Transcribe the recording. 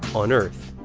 on earth.